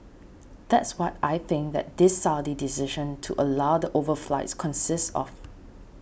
that's what I think that this Saudi decision to allow the overflights consists of